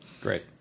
Great